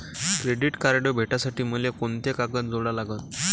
Credit card भेटासाठी मले कोंते कागद जोडा लागन?